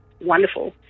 Wonderful